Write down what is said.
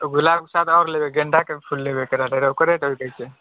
गुलाब के साथ आओर लेबय गेंदा के फूल लेबय के रहय ओकरे ज़रूरी छै